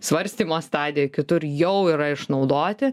svarstymo stadijoj kitur jau yra išnaudoti